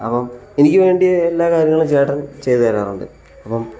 അപ്പം എനിക്ക് വേണ്ടി എല്ലാ കാര്യങ്ങളും ചേട്ടൻ ചെയ്തു തരാറുണ്ട് അപ്പം